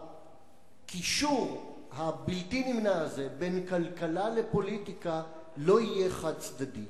הקישור הבלתי נמנע הזה בין כלכלה לפוליטיקה לא יהיה חד-צדדי.